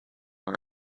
are